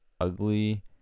ugly